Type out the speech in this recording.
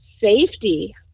safety